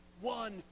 one